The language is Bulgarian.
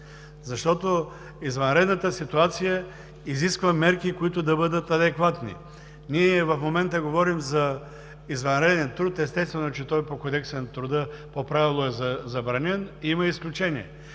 защото извънредната ситуация изисква мерки, които да бъдат адекватни. Ние в момента говорим за извънреден труд. Естествено, че той по Кодекса на труда, по правило е забранен, има и изключения.